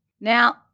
Now